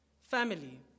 Family